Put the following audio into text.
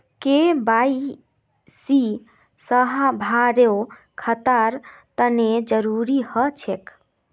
KYC सभारो खातार तने जरुरी ह छेक